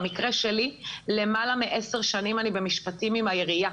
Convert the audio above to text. במקרה שלי למעלה מעשר שנים אני במשפטים עם העירייה.